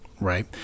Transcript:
Right